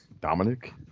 Dominic